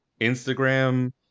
Instagram